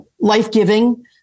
life-giving